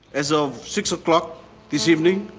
as of six o'clock this evening